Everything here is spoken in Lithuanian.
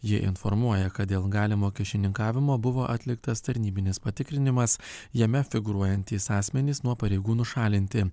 jie informuoja kad dėl galimo kyšininkavimo buvo atliktas tarnybinis patikrinimas jame figūruojantys asmenys nuo pareigų nušalinti